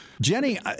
jenny